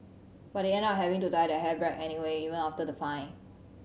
but they end up having to dye their hair black anyway even after the fine